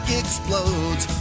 explodes